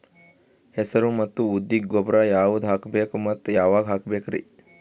ಹೆಸರು ಮತ್ತು ಉದ್ದಿಗ ಗೊಬ್ಬರ ಯಾವದ ಹಾಕಬೇಕ ಮತ್ತ ಯಾವಾಗ ಹಾಕಬೇಕರಿ?